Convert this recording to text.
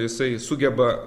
jisai sugeba